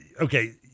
okay